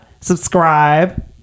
subscribe